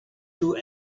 too